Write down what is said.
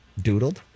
Doodled